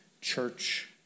church